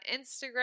Instagram